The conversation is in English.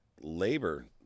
labor